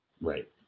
Right